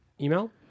email